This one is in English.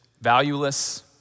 valueless